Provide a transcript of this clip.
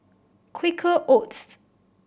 Quaker Oats